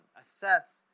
Assess